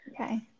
Okay